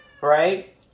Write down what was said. right